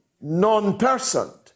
non-personed